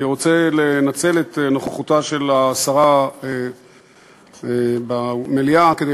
אני רוצה לנצל את נוכחותה של השרה במליאה כדי